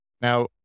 Now